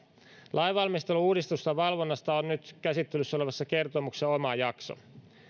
lainvalmistelu uudistusten valvonnasta on nyt käsittelyssä olevassa kertomuksessa oma jakso